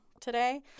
today